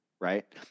right